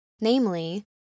Namely